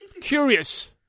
curious